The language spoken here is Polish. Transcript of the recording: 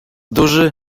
duży